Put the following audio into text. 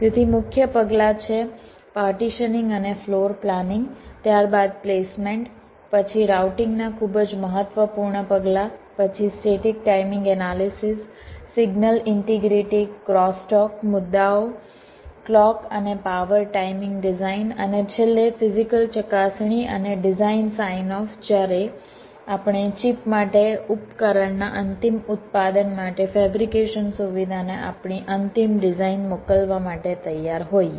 તેથી મુખ્ય પગલાં છે પાર્ટીશનિંગ અને ફ્લોર પ્લાનિંગ ત્યારબાદ પ્લેસમેન્ટ પછી રાઉટિંગ ના ખૂબ જ મહત્વપૂર્ણ પગલાં પછી static timing analysis signal integrity crosstalk મુદ્દાઓ ક્લૉક અને પાવર ટાઇમિંગ ડિઝાઇન અને છેલ્લે ફિઝીકલ ચકાસણી અને ડિઝાઇન સાઇન ઓફ જ્યારે આપણે ચિપ માટે ઉપકરણના અંતિમ ઉત્પાદન માટે ફેબ્રિકેશન સુવિધાને આપણે અંતિમ ડિઝાઇન મોકલવા માટે તૈયાર હોઈએ